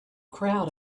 crowd